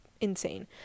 insane